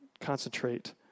concentrate